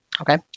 Okay